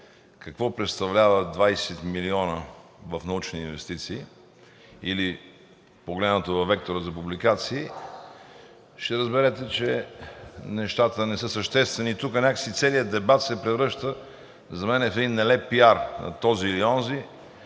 какво представляват 20 милиона в научни инвестиции или погледнато във вектора за публикации, ще разберете, че нещата не са съществени. Тук някак си целият дебат се превръща за мен в един нелеп пиар на този или онзи,